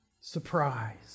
Surprise